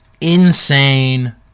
insane